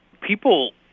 people